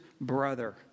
brother